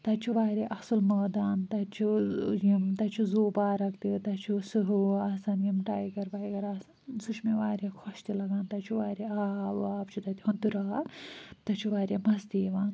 تَتہِ چھُ واریاہ اصٕل مٲدان تَتہِ چھُ ٲں یِم تَتہِ چھُ زُوٗ پارَک تہِ تَتہِ چھِ سٕہ وٕہ آسان یِم ٹایگَر وایگَر آسان سُہ چھُ مےٚ واریاہ خۄش تہِ لَگان تَتہِ چھُ واریاہ آب وآب چھُ تَتہِ ہُنٛدُر آب تَتہِ چھُ واریاہ مَزٕ تہِ یِوان